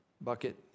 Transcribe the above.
bucket